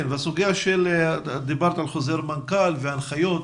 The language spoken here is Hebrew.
את דיברת על חוזר מנכ"ל והנחיות,